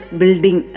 building